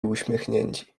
uśmiechnięci